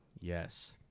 Yes